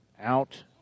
out